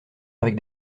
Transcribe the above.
avec